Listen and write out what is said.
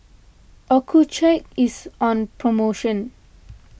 Accucheck is on promotion